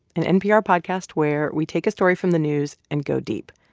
an npr podcast where we take a story from the news and go deep.